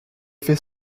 faits